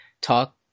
talk